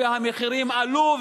והמחירים עלו,